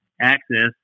access